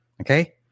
Okay